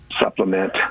supplement